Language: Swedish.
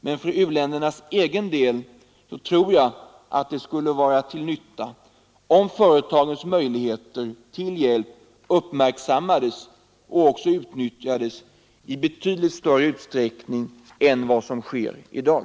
Men för u-ländernas egen skull tror jag att det skulle vara till nytta om företagens möjligheter att hjälpa uppmärksammades och utnyttjades i betydligt större utsträckning än vad som sker i dag.